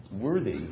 worthy